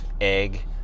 egg